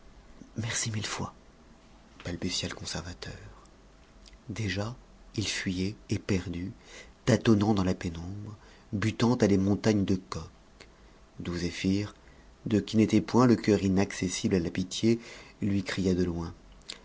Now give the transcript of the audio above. merci mille fois balbutia le conservateur déjà il fuyait éperdu tâtonnant dans la pénombre butant à des montagnes de coke douzéphir de qui n'était point le cœur inaccessible à la pitié lui cria de loin